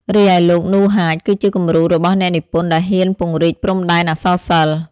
រីឯលោក នូ ហាច គឺជាគំរូរបស់អ្នកនិពន្ធដែលហ៊ានពង្រីកព្រំដែនអក្សរសិល្ប៍។